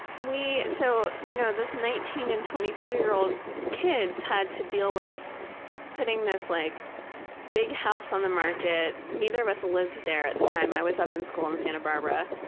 we so you know this nineteen and twenty two year old kids had to deal with putting this like big house on the market. neither of us lived there at the time. i was up in school in santa barbara.